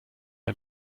ein